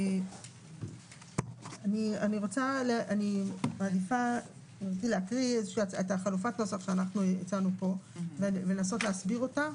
אני מעדיפה את חלופת הנוסח שהצענו פה ולנסות להסביר אותה.